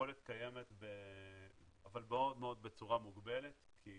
היכולת קיימת אבל מאוד מאוד בצורה מוגבלת כי